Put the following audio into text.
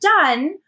done